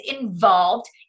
involved